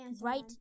right